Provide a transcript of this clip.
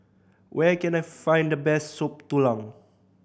where can I find the best Soup Tulang